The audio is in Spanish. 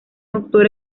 autor